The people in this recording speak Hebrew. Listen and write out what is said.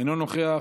אינו נוכח.